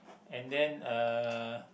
and then uh